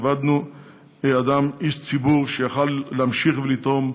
איבדנו איש ציבור שיכול היה להמשיך ולתרום,